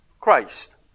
Christ